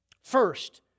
First